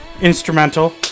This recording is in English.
instrumental